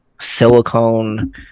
silicone